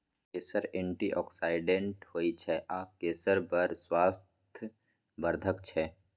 केसर एंटीआक्सिडेंट होइ छै आ केसर बड़ स्वास्थ्य बर्धक छै